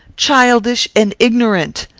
childish and ignorant!